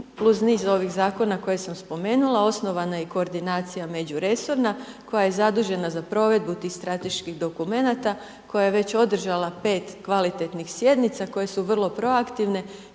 plus niz ovih zakona kojih sam spomenula, osnovana je i koordinacija međuresorna, koja je zadužena za provedbu tih strateških dokumenata, koja je već održala 5 kvalitetnih sjednica, koje su vrlo proaktivna